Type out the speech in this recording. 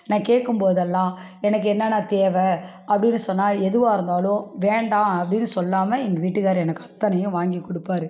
நான் கேட்கும்போதெல்லாம் எனக்கு என்னென்ன தேவை அப்படின் சொன்னால் எதுவாக இருந்தாலும் வேண்டாம் அப்படின் சொல்லாமால் எங்கள் வீட்டுக்கார் எனக்கு அத்தனையும் வாங்கி கொடுப்பாரு